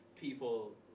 people